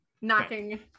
knocking